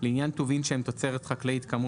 "לעניין טובין שהם תוצרת חקלאית כאמור